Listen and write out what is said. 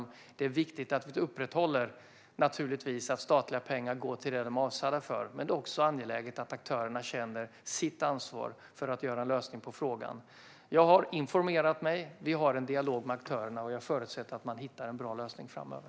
Det är naturligtvis viktigt att vi upprätthåller att statliga pengar går till det som de är avsedda för. Men det är också angeläget att aktörerna känner sitt ansvar för att lösa frågan. Jag har informerat mig. Vi har en dialog med aktörerna, och jag förutsätter att man hittar en bra lösning framöver.